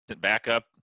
backup